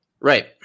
right